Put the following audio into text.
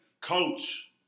coach